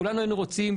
כולנו היינו רוצים,